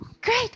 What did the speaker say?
great